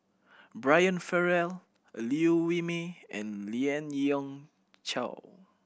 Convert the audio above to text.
Brian Farrell Liew Wee Mee and Lien Ying Chow